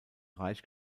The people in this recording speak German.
reich